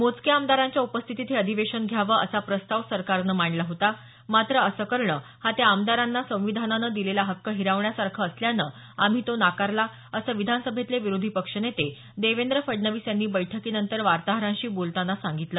मोजक्या आमदारांच्या उपस्थितीत हे अधिवेशन घ्यावं असा प्रस्ताव सरकारनं मांडला होता मात्र असं करणं हा त्या आमदारांना संविधानानं दिलेला हक्क हिरावण्यासारखं असल्यानं आम्ही तो नाकारला असं विधानसभेतले विरोधी पक्षनेते देवेंद्र फडणवीस यांनी बैठकीनंतर वार्ताहरांशी बोलताना सांगितलं